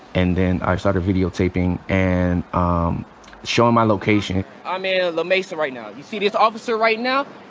and then i started videotaping and um showin' my location. i'm in ah la mesa right now. you see this officer right now?